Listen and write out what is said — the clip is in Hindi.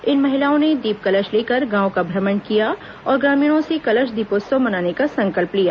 इन महिलाओं ने दीप कलश लेकर गांव का भ्रमण किया और ग्रामीणों से कलश दीपोत्सव मनाने का संकल्प लिया